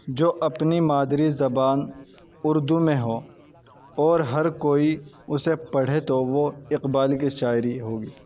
جو اپنی مادری زبان اردو میں ہو اور ہر کوئی اسے پڑھے تو وہ اقبال کی شاعری ہوگی